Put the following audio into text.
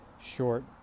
short